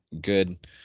good